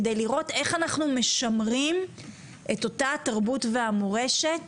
כדי לראות איך אנחנו משמרים את התרבות והמורשת